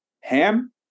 Ham